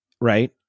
Right